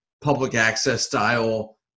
public-access-style